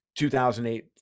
2008